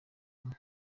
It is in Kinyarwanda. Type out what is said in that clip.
imwe